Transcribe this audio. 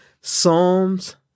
Psalms